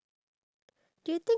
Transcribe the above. iya